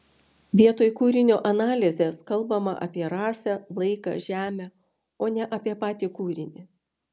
vietoj kūrinio analizės kalbama apie rasę laiką žemę o ne apie patį kūrinį